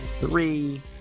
three